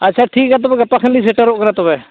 ᱟᱪᱪᱷᱟ ᱴᱷᱤᱠ ᱜᱮᱭᱟ ᱛᱚᱵᱮ ᱜᱟᱯᱟ ᱠᱷᱚᱱ ᱞᱤᱧ ᱥᱮᱴᱮᱨᱚᱜ ᱠᱟᱱᱟ ᱛᱚᱵᱮ